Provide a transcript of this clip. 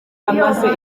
amaze